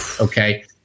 Okay